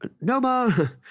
Noma